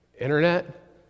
Internet